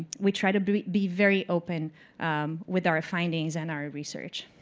we try to be be very open with our findings and our research.